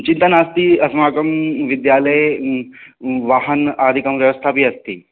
चिन्ता नास्ति अस्माकं विद्यालये वाहन आदिकं व्यवस्थापि अस्ति